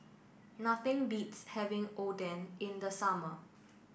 nothing beats having Oden in the summer